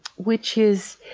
which is,